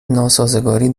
ناسازگاری